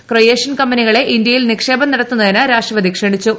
Croatian കമ്പനികളെ ഇന്ത്യയിൽ നിക്ഷേപം നടത്തുന്നതിന് രാഷ്ട്രപതി ക്ഷണിച്ചു